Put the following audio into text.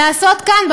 לעשות כאן,